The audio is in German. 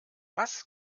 was